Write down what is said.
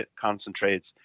concentrates